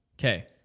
Okay